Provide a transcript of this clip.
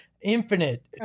infinite